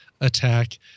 attack